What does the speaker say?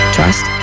Trust